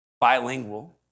bilingual